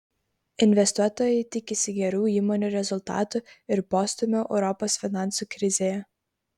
investuotojai tikisi gerų įmonių rezultatų ir postūmio europos finansų krizėje